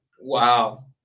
Wow